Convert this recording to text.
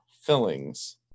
fillings